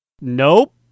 Nope